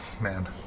man